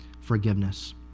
forgiveness